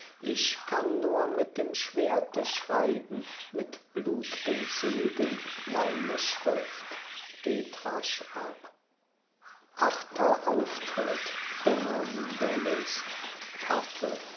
ich kann nur mit dem schwerte schreiben mit blut'gen zügen meine schrift geht rasch ab achter auftritt dämonen der list pfaffe